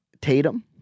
Tatum